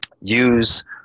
use